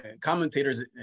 commentators